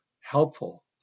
helpful